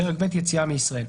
פרק ב': יציאה מישראל.